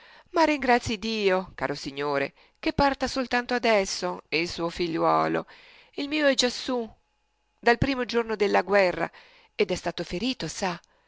ma ringrazii dio caro signore che parta soltanto adesso il suo figliuolo il mio è già su dal primo giorno della guerra ed è stato ferito sa